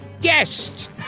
guests